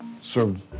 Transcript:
served